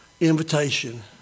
invitation